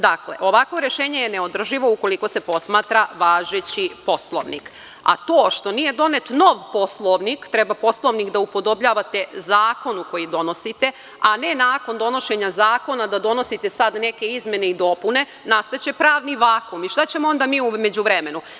Dakle, ovakvo rešenje je neodrživo ukoliko se posmatra važeći Poslovnik, a to što nije donet nov Poslovnik, treba Poslovnik da upodobljavate zakonu koji donosite, a ne nakon donošenja zakona da donosite sad neke izmene i dopune, nastaće pravni vakum i šta ćemo onda mi u međuvremenu?